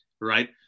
right